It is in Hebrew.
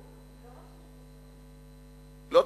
אני לא רואה שיש פה שר.